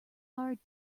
hard